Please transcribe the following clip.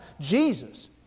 Jesus